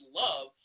love